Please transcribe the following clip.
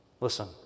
Listen